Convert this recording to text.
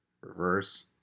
Reverse